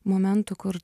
momentų kur